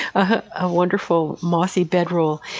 a wonderful mossy bedroll.